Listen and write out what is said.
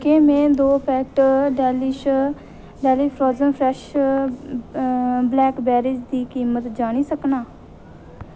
केह् में दो packet delish delish frozen fresh blackberry दी कीमत जानी सकनां